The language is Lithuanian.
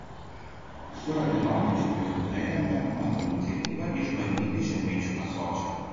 su rabinovičiumi nuėjome mano iniciatyva išbandyti žemaičių ąsočio